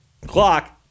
clock